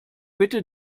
bitte